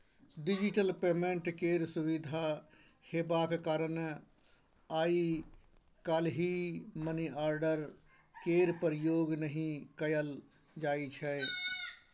digital payment केर सुविधा हेबाक कारणेँ आइ काल्हि मनीआर्डर केर प्रयोग नहि कयल जाइ छै